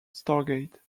stargate